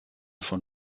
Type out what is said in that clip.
von